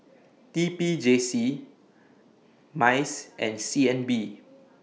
T P J C Mice and C N B